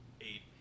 Eight